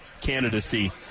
candidacy